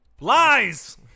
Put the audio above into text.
Lies